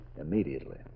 Immediately